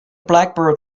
blackbird